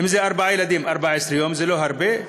אם ארבעה ילדים, 14 יום, זה לא הרבה,